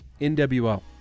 NWL